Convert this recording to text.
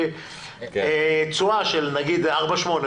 תשואה של 4.8%,